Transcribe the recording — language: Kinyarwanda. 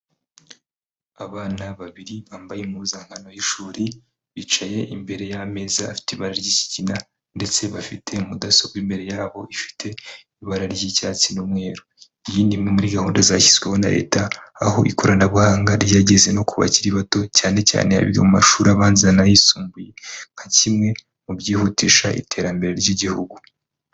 Abana babiri bambaye impuzankano y'ishuri bicaye imbere y'ameza afite ibara ry'ikigina ndetse bafite mudasobwa imbere yabo ifite ibara ry'icyatsi n'umweru. Iyi ni imwe muri gahunda zashyizweho na Leta aho ikoranabuhanga ryageze no ku bakiri bato cyane cyane abiga mu mashuri abanza n'ayisumbuye nka kimwe mu byihutisha iterambere ry'igihugu.